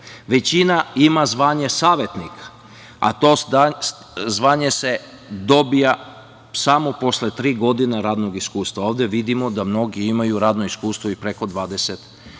Većina ima zvanje savetnika, a to zvanje se dobija samo posle tri godine radnog iskustva, a ovde vidimo da mnogi imaju radno iskustvo i preko 20 godina.